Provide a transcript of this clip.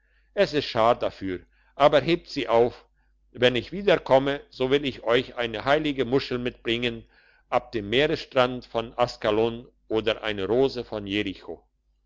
es ist schad dafür aber hebt sie auf wenn ich wieder komme so will ich euch eine heilige muschel mitbringen ab dem meeresstrand von askalon oder eine rose von jericho